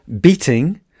beating